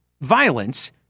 violence